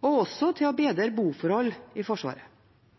og også for å bedre boforhold i Forsvaret.